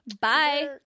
bye